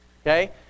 Okay